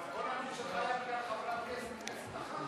אז הכול היה בגלל חברת כנסת אחת?